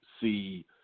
see